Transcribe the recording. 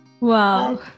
wow